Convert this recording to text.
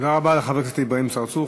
תודה רבה לחבר הכנסת אברהים צרצור.